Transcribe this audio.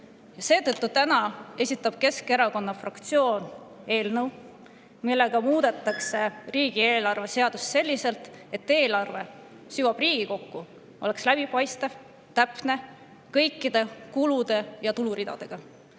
Seetõttu esitab Keskerakonna fraktsioon täna eelnõu, millega muudetakse riigieelarve seadust selliselt, et eelarve, mis jõuab Riigikokku, oleks läbipaistev, täpne ning kõikide kulu‑ ja tuluridadega.